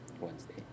wednesday